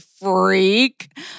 freak